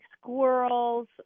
squirrels